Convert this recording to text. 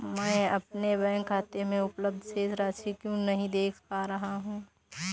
मैं अपने बैंक खाते में उपलब्ध शेष राशि क्यो नहीं देख पा रहा हूँ?